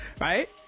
Right